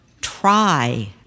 Try